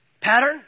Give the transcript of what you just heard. pattern